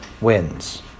wins